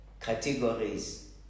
categories